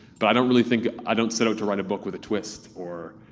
but i don't really think. i don't set out to write a book with a twist, or.